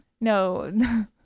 No